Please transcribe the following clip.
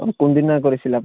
কোনদিনা কৰিছিলে আপুনি